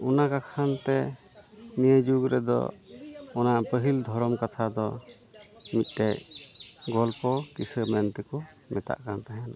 ᱚᱱᱟ ᱠᱟᱠᱷᱟᱱ ᱛᱮ ᱱᱤᱭᱟᱹ ᱡᱩᱜᱽ ᱨᱮᱫᱚ ᱚᱱᱟ ᱯᱟᱹᱦᱤᱞ ᱫᱷᱚᱨᱚᱢ ᱠᱟᱛᱷᱟ ᱫᱚ ᱢᱤᱫᱴᱮᱡ ᱜᱚᱞᱯᱚ ᱫᱤᱥᱟᱹ ᱢᱮᱱᱛᱮᱠᱚ ᱢᱮᱛᱟᱜ ᱠᱟᱱ ᱛᱟᱦᱮᱱᱟ